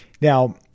Now